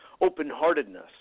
open-heartedness